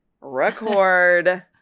record